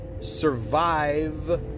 survive